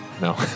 No